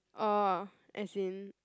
oh as in